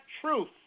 truth